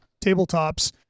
tabletops